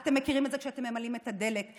אתם מכירים את זה כשאתם ממלאים דלק,